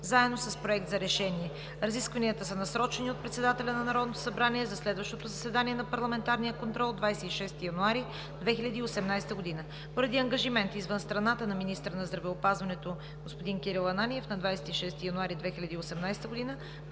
заедно с Проект за решение. Разискванията са насрочени от председателя на Народното събрание за следващото заседание на парламентарния контрол – 26 януари 2018 г. Поради ангажимент извън страната на министъра на здравеопазването господин Кирил Ананиев на 26 януари 2018 г.